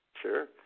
Sure